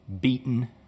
beaten